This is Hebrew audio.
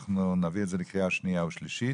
אנחנו נביא את זה לקריאה ראשונה.